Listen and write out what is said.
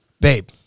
babe